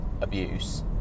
abuse